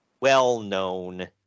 Well-known